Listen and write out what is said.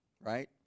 Right